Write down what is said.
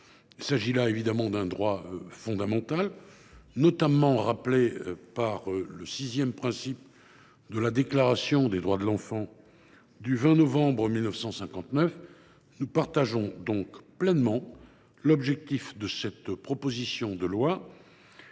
Il s’agit là d’un droit fondamental, notamment rappelé par le sixième principe de la Déclaration des droits de l’enfant du 20 novembre 1959. Nous partageons donc pleinement l’objectif de cette proposition de loi,